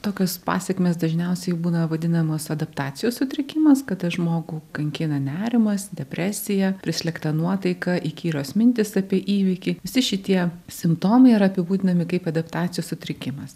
tokios pasekmės dažniausiai būna vadinamos adaptacijos sutrikimas kada žmogų kankina nerimas depresija prislėgta nuotaika įkyrios mintys apie įvykį visi šitie simptomai yra apibūdinami kaip adaptacijos sutrikimas